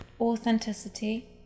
Authenticity